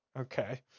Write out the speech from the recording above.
Okay